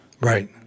Right